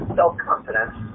self-confidence